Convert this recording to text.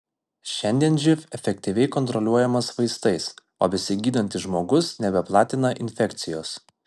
šiandien živ efektyviai kontroliuojamas vaistais o besigydantis žmogus nebeplatina infekcijos